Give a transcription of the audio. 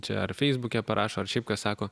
čia ar feisbuke parašo ar šiaip kas sako